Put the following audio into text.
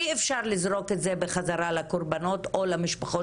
אי אפשר לזרוק את זה בחזרה לקורבנות או למשפחות